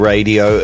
Radio